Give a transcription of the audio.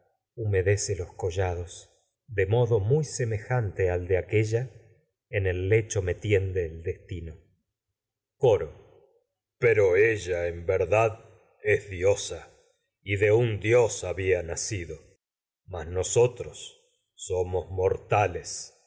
humedece de los collados dve modo tiende el semejante al aquélla en el lecho me destino coro habia pero ella en verdad es diosa y de un dios nacido mas nosotros y para somos mortales